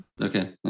Okay